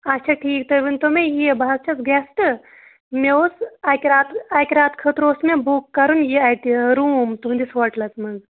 اچھا ٹھیٖک تُہۍ ؤنۍتو مےٚ یہِ بہٕ حظ چھَس گیسٹ مےٚ اوس اَکہِ راتہٕ اَکہِ راتہٕ خٲطرٕ اوس مےٚ بُک کَرُن یہِ اَتہِ روٗم تُہٕنٛدِس ہوٹلَس مَنز